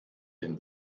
den